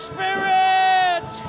Spirit